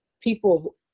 people